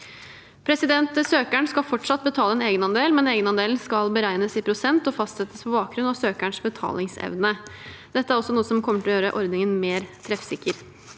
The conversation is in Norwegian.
utfordring. Søkeren skal fortsatt betale en egenandel, men egenandelen skal beregnes i prosent og fastsettes på bakgrunn av søkerens betalingsevne. Dette er også noe som kommer til å gjøre ordningen mer treffsikker.